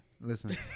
Listen